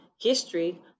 history